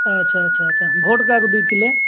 ଆଚ୍ଛା ଆଚ୍ଛା ଆଚ୍ଛା ଭୋଟ୍ କାହାକୁ ଦେଇଥିଲେ